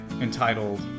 entitled